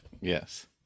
Yes